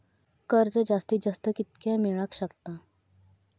कर्ज जास्तीत जास्त कितक्या मेळाक शकता?